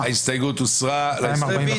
הצבעה ההסתייגות לא התקבלה.